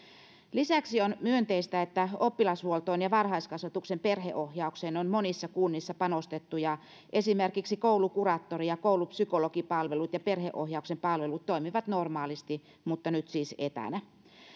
lisäksi on myönteistä että oppilashuoltoon ja varhaiskasvatuksen perheohjaukseen on monissa kunnissa panostettu ja esimerkiksi koulukuraattori ja koulupsykologipalvelut ja perheohjauksen palvelut toimivat normaalisti mutta nyt siis etänä